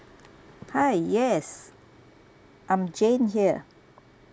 hi yes I'm jane here